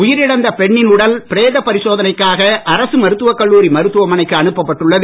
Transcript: உயிர் இழந்த பெண்ணின் உடல் பிரேத பரிசோதனைக்காக அரசு மருத்துவக் கல்லூரி மருத்துவமனைக்கு அனுப்பப்பட்டுள்ளது